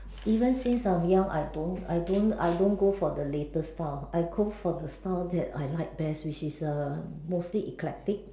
even since from young I don't I don't I don't go for the latest stuff I go for the stuff that I like best which is the mostly eclectic